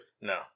no